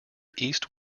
east